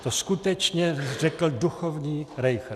To skutečně řekl duchovní Rejchrt.